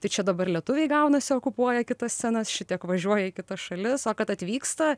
tai čia dabar lietuviai gaunasi okupuoja kitas scenas šitiek važiuoja į kitas šalis o kad atvyksta